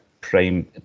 prime